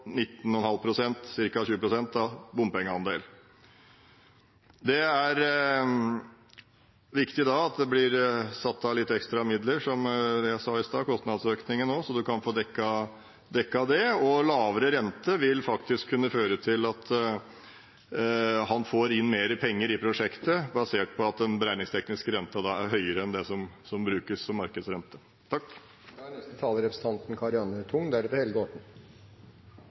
bompengeandel. Det er viktig at det blir satt av litt ekstra midler til, som jeg sa i stad, kostnadsøkningen nå, så man kan få dekket det. Lavere rente vil faktisk kunne føre til at man får inn mer penger i prosjektet, basert på at den beregningstekniske renten er høyere enn det som brukes som markedsrente. Det er langt, dette landet vi bor i. Og det bor folk overalt. Det er